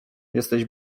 jesteś